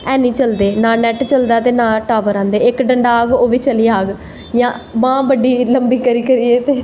हैनी ना नैट चलदा ते नां टॉवर आंदे इक डंडा आह्ग ओह् बी चली जाह्ग जां बाह् बड्डी लंबी करी करियै ते